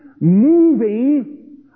moving